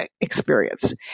experience